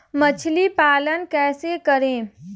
मछली पालन कैसे करें?